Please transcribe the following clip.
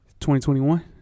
2021